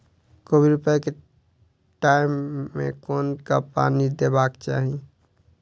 कोबी रोपय केँ टायम मे कोना कऽ पानि देबाक चही?